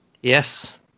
Yes